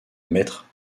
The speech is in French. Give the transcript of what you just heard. mètre